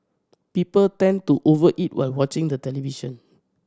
people tend to over eat while watching the television